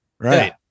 Right